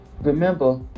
Remember